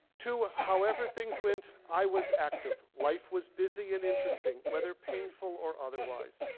to however things went i was active. life was busy and interesting whether painful or otherwise.